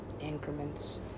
increments